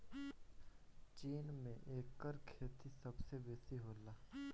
चीन में एकर खेती सबसे बेसी होला